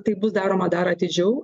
tai bus daroma dar atidžiau